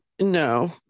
No